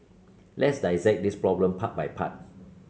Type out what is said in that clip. let's dissect this problem part by part